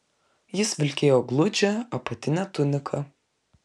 jis vilkėjo gludžią apatinę tuniką